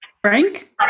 Frank